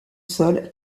sol